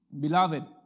Beloved